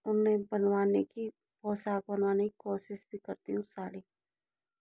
और मैं उन्हें बनवाने की पोशाक बनवाने की कोशिश भी करती हूँ साड़ी